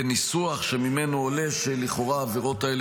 בניסוח שממנו עולה שלכאורה העבירות האלה